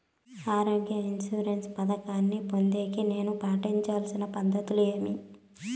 ఆరోగ్య ఇన్సూరెన్సు పథకాన్ని పొందేకి నేను పాటించాల్సిన పద్ధతి ఏమి?